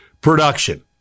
production